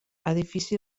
edifici